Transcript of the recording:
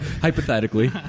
hypothetically